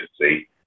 see